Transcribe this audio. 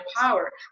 power